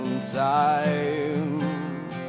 time